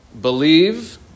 believe